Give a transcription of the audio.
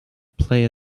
play